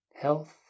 Health